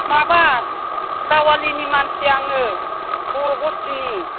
माबा गावालिनि मानसि आङो बर' बस्थिनि